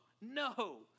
no